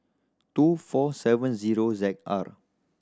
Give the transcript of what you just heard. two four seven zero Z R